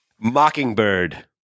Mockingbird